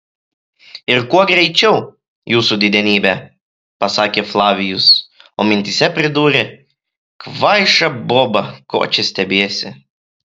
ir kuo greičiau jūsų didenybe pasakė flavijus o mintyse pridūrė kvaiša boba ko čia stebiesi